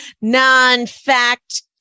non-fact